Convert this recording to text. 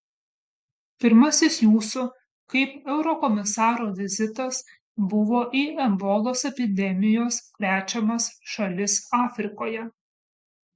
pirmasis jūsų kaip eurokomisaro vizitas buvo į ebolos epidemijos krečiamas šalis afrikoje